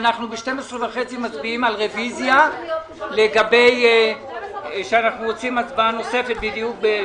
ב-12:30 נצביע על הרביזיה בנוגע למצפה לישראל.